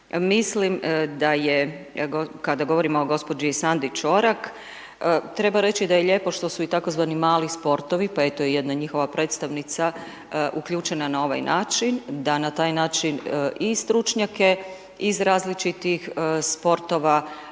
mislim da je kada govorim o gospođi Sandi Čorak treba reći da je lijepo što su i tzv. mali sportovi pa eto i jedna njihova predstavnica uključena na ovaj način, da na taj način i stručnjake iz različitih sportova